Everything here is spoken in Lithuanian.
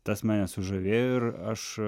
tas mane sužavėjo ir aš